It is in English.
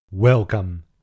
Welcome